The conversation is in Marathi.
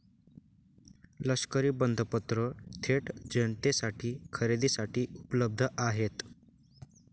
लष्करी बंधपत्र थेट जनतेसाठी खरेदीसाठी उपलब्ध आहेत